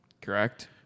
correct